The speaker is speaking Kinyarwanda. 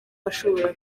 ashobora